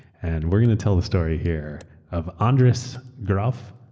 and we're going to tell the story here of andras grof,